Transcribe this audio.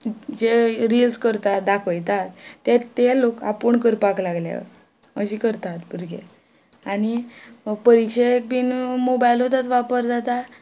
जे reels करतात दाखयतात ते ते लोक आपूण करपाक लागल्या अशें करतात भुरगे आनी परिक्षेक बीन मोबायलूत वापर जाता